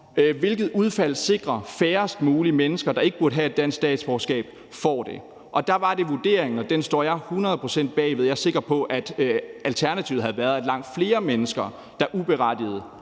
hvilket udfald der sikrede, at færrest mulige mennesker, der ikke burde have et dansk statsborgerskab, fik det. Og der var det vurderingen, og den står jeg hundrede procent bag, at alternativet havde været, at langt flere mennesker uberettiget